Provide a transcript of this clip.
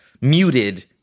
muted